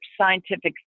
scientific